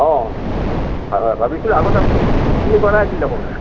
অঁ ভাবিছোঁ আগতে তুমি কৰাই আছিল দেখোন